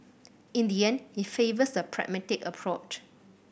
in the end he favours the pragmatic approach